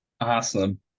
Awesome